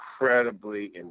incredibly